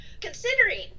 considering